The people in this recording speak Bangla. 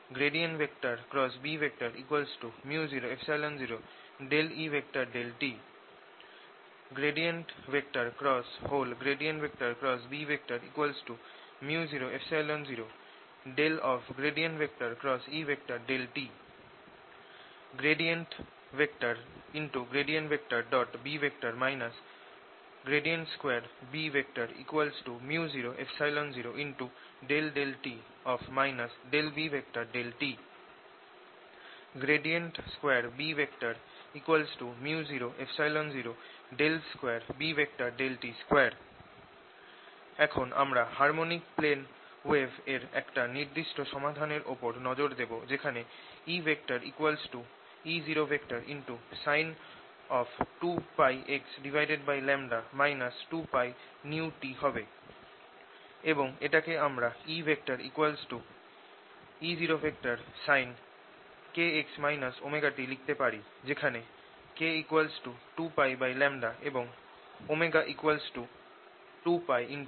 Bµ00E∂t B µ00∂∂t B 2B µ00∂t B∂t 2B µ002Bt2 এখন আমরা হারমনিক প্লেন ওয়েভ এর একটা নির্দিষ্ট সমাধান এর ওপর নজর দেব যেখানে E E0sin⁡2πx 2πt হবে এবং এটাকে আমরা E E0sin⁡kx ωt লিখতে পারি যেখানে k 2π এবং ω 2π